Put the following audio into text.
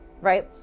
Right